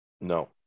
No